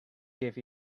give